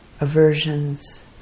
aversions